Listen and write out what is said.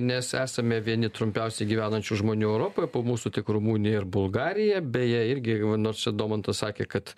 nes esame vieni trumpiausiai gyvenančių žmonių europoje po mūsų tik rumunija ir bulgarija beje irgi nors čia daumantas sakė kad